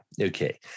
okay